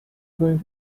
going